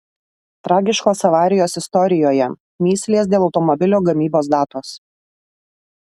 tragiškos avarijos istorijoje mįslės dėl automobilio gamybos datos